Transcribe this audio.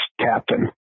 captain